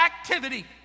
activity